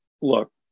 look